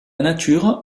nature